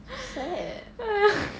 sad